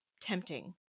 tempting